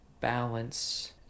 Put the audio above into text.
balance